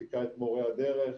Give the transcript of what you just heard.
מעסיקה את מורי הדרך,